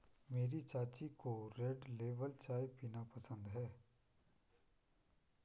मेरी चाची को रेड लेबल चाय पीना पसंद है